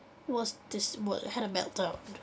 was des~ mode had a meltdown